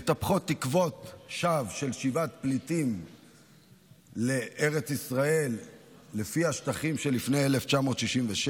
מטפחות תקוות שווא של שיבת פליטים לארץ ישראל לפי השטחים שלפני 1967,